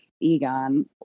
Egon